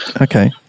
Okay